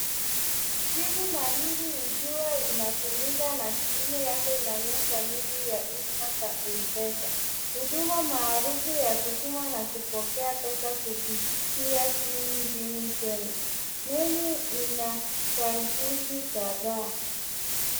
Simu mahiri ikiwa inatumika na skrini yake inaonyesha menyu ya huduma za M-Pesa. Huduma maarufu ya kutuma na kupokea pesa kupitia simu nchini Kenya. Menyu ina chaguzi kadhaa.